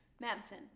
Madison